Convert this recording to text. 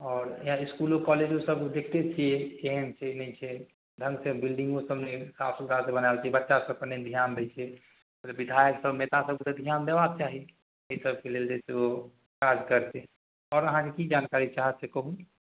आओर यहाँ इसकुलो कॉलेजो सब देखिते छिए केहन छै नहि छै ढङ्गसे बिल्डिन्गो सब नहि साफ सुथरासे बनाएल छै बच्चा सभपर नहि धिआन दै छै विधायकसभ नेता सभके तऽ धिआन देबाक चाही एहि सबके लेल जे छै ओ काज करतै आओर अहाँकेँ कि जानकारी चाहब से कहू